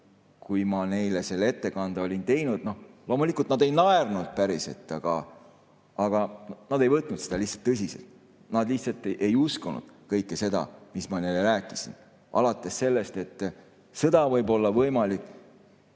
kui ma neile seda ettekannet tegin. Loomulikult, nad ei naernud päriselt, aga nad ei võtnud seda tõsiselt. Nad lihtsalt ei uskunud kõike seda, mis ma neile rääkisin, alates sellest, et sõda võib olla võimalik